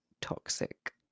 toxic